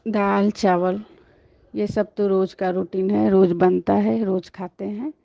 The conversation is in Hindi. दाल चावल यह सब तो रोज का रूटीन है रोज बनता है रोज खाते हैं